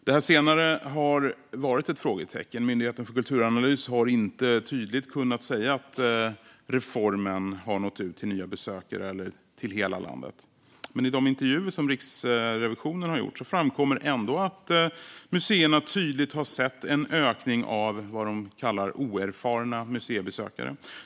Det senare har varit ett frågetecken. Myndigheten för kulturanalys har inte tydligt kunnat säga att reformen har nått ut till nya besökare eller till hela landet. Men i de intervjuer som Riksrevisionen har gjort framkommer ändå att museerna har sett en tydlig ökning av så kallade oerfarna museibesökare.